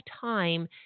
time